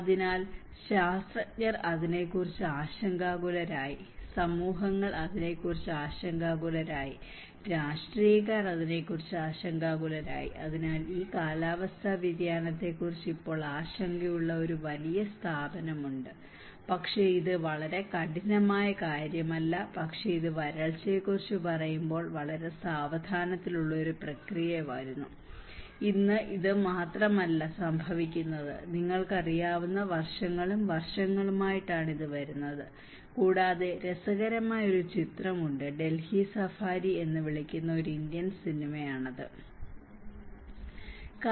അതിനാൽ ശാസ്ത്രജ്ഞർ അതിനെക്കുറിച്ച് ആശങ്കാകുലരായി സമൂഹങ്ങൾ അതിനെക്കുറിച്ച് ആശങ്കാകുലരായി രാഷ്ട്രീയക്കാർ അതിനെക്കുറിച്ച് ആശങ്കാകുലരായി അതിനാൽ ഈ കാലാവസ്ഥാ വ്യതിയാനത്തെക്കുറിച്ച് ഇപ്പോൾ ആശങ്കയുള്ള ഒരു വലിയ സ്ഥാപനമുണ്ട് പക്ഷേ ഇത് വളരെ കഠിനമായ കാര്യമല്ല പക്ഷേ ഇത് വരൾച്ചയെ കുറിച്ച് പറയുമ്പോൾ വളരെ സാവധാനത്തിലുള്ള ഒരു പ്രക്രിയയിൽ വരുന്നു അത് ഇന്ന് മാത്രമല്ല അത് സംഭവിക്കുന്നത് നിങ്ങൾക്കറിയാവുന്ന വർഷങ്ങളും വർഷങ്ങളും ആയിട്ടാണ് ഇത് വരുന്നത് കൂടാതെ രസകരമായ ഒരു ചിത്രമുണ്ട് ഡൽഹി സഫാരി എന്ന് വിളിക്കുന്ന ഒരു ഇന്ത്യൻ സിനിമ ആണ്